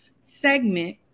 segment